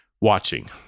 watching